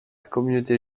communauté